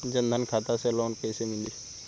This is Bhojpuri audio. जन धन खाता से लोन कैसे मिली?